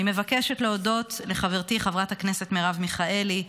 אני מבקשת להודות לחברתי חברת הכנסת מרב מיכאלי,